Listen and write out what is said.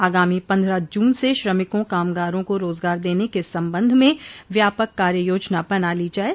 आगामी पन्द्रह जून से श्रमिकों कामगारों को रोजगार देने के सम्बन्ध में व्यापक कार्य योजना बना ली जाये